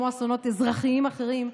כמו אסונות אזרחיים אחרים.